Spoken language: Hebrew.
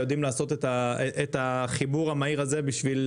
יודעים לעשות את החיבור המהיר הזה בשביל